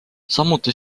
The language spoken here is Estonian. samuti